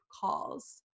calls